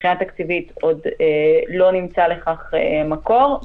מבחינה תקציבית עוד לא נמצא לכך מקור,